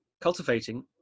cultivating